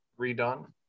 redone